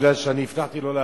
כי אני הבטחתי לא להאריך.